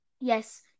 Yes